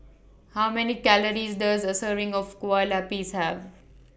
How Many Calories Does A Serving of Kueh Lapis Have